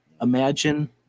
imagine